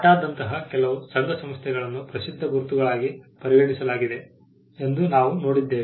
ಟಾಟಾದಂತಹTATA's ಕೆಲವು ಸಂಘಸಂಸ್ಥೆಗಳನ್ನು ಪ್ರಸಿದ್ಧ ಗುರುತುಗಳಾಗಿ ಪರಿಗಣಿಸಲಾಗಿದೆ ಎಂದು ನಾವು ನೋಡಿದ್ದೇವೆ